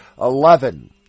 eleven